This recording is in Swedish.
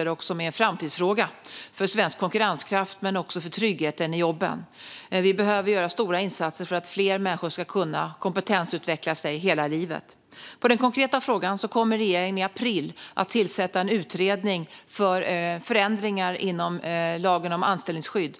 är dessutom en framtidsfråga för svensk konkurrenskraft men också när det gäller tryggheten i jobben. Vi behöver göra stora insatser för att fler människor ska kunna kompetensutvecklas under hela livet. Som svar på den konkreta frågan kan jag berätta att regeringen i april kommer att tillsätta en utredning som ska se på förändringar i lagen om anställningsskydd.